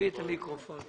התשע"ט-2018